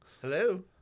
Hello